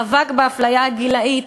מאבק באפליה הגילאית,